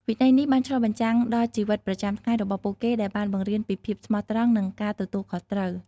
វិន័យនេះបានឆ្លុះបញ្ចាំងដល់ជីវិតប្រចាំថ្ងៃរបស់ពួកគេដែលបានបង្រៀនពីភាពស្មោះត្រង់និងការទទួលខុសត្រូវ។